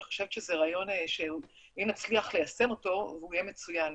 אני חושבת שזה רעיון שאם נצליח ליישם אותו הוא יהיה מצוין,